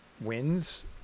wins